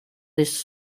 this